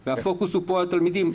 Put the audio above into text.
הפוקוס פה הוא על התלמידים.